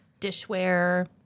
dishware